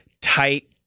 tight